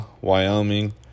Wyoming